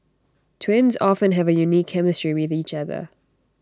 twins often have A unique chemistry with each other